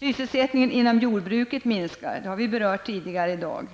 Sysselsättningen inom jordbruket minskar -- det har berörts tidigare i dag.